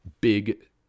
big